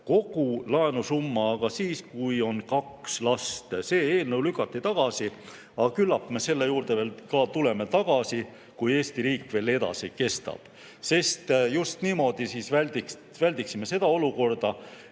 kogu laenusumma aga siis, kui kaks last. See eelnõu lükati tagasi. Aga küllap me tuleme selle juurde tagasi, kui Eesti riik veel edasi kestab, sest just niimoodi väldiksime olukorda,